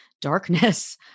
darkness